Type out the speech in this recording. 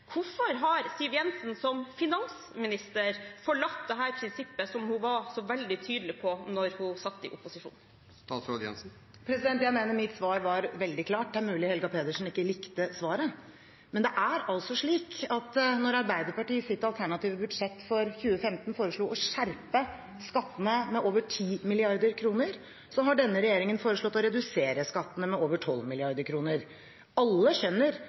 Hvorfor har Siv Jensen som finansminister forlatt dette prinsippet, som hun var så veldig tydelig på da hun satt i opposisjon? Jeg mener mitt svar var veldig klart. Det er mulig Helga Pedersen ikke likte svaret, men det er altså slik at mens Arbeiderpartiet i sitt alternative budsjett for 2015 foreslo å skjerpe skattene med over 10 mrd. kr, har denne regjeringen foreslått å redusere skattene med over 12 mrd. kr. Alle skjønner